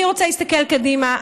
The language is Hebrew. אני רוצה להסתכל קדימה.